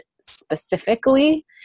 specifically